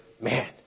man